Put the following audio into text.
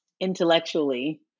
intellectually